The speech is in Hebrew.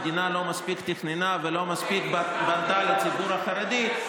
המדינה לא תכננה מספיק ולא מספיק פנתה לציבור החרדי,